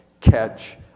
catch